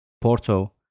Porto